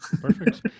Perfect